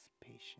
patient